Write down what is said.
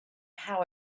how